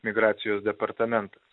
migracijos departamentas